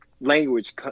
language